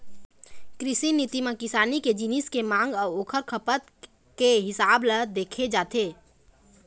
कृषि नीति म किसानी के जिनिस के मांग अउ ओखर खपत के हिसाब ल देखे जाथे